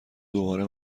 دوباره